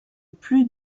plus